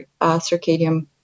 circadian